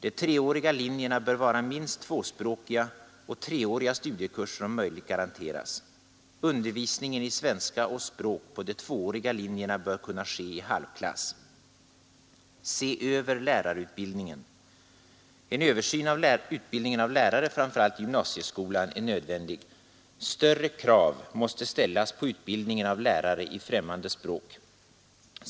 De treåriga linjerna bör vara minst tvåspråkiga och treåriga studiekurser om möjligt garanteras. Undervisningen i svenska och språk på de tvååriga linjerna bör kunna ske i halvklass. Se över lärarutbildningen. En översyn av utbildningen av lärare framför allt i gymnasieskolan är nödvändig. Större krav måste ställas på utbildningen av lärare i fftämmande språk.